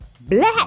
Black